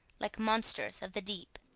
like monsters of the deep.